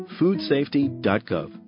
foodsafety.gov